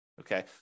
Okay